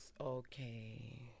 Okay